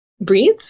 breathe